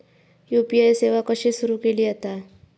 UPI सेवा कशी सुरू केली जाता?